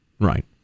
right